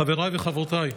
חבריי וחברותיי,